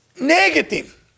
negative